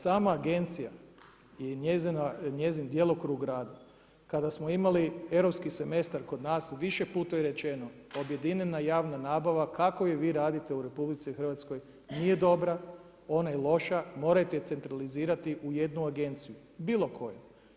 Sama agencija i njezin djelokrug rada, kada smo imali europski semestar kod nas, više puta je rečeno, objedinjena javna nabava, kako ju vi radite u RH nije dobra, ona je loša, morate ju centralizirati u jednu agenciju, bilo koju.